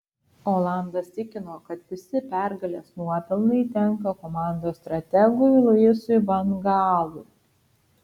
olandas tikino kad visi pergalės nuopelnai tenka komandos strategui luisui van gaalui